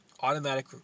automatic